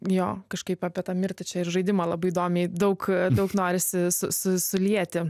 jo kažkaip apie tą mirtį čia ir žaidimą labai įdomiai daug daug norisi su su su susilieti